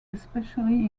especially